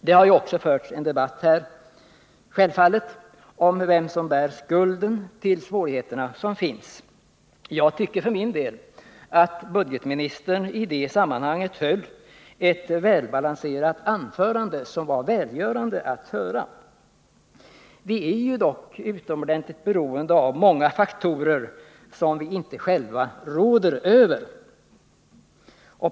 Det har självfallet också förts en debatt här om vem som bär skulden till de svårigheter som finns. Jag tycker för min del att budgetministern i det sammanhanget höll ett välbalanserat anförande, som var välgörande att höra. Vi är dock utomordentligt beroende av många faktorer som vi inte själva råder över.